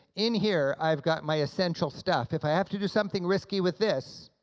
in here i've got my essential stuff. if i have to do something risky with this,